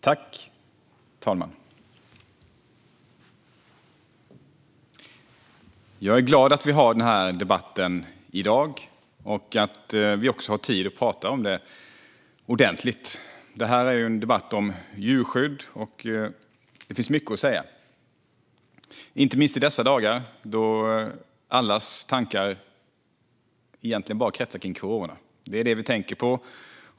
Fru talman! Jag är glad att vi har denna debatt i dag och att vi har tid att tala om detta ordentligt. Det här är ju en debatt om djurskydd. Det finns mycket att säga, inte minst i dessa dagar då allas tankar egentligen bara kretsar kring corona. Det är det vi tänker på.